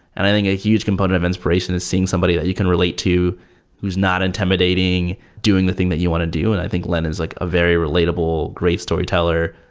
and i think a huge component of inspiration is seeing somebody that you can relate to who's not intimidating doing the thing that you want to do. and i think lynne is like a very relatable great storyteller.